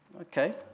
Okay